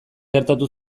gertatu